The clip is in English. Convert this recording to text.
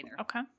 Okay